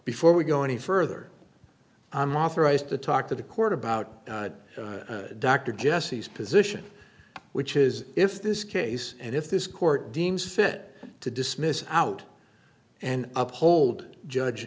before we go any further i'm authorized to talk to the court about dr jesse's position which is if this case and if this court deems fit to dismiss out and uphold judge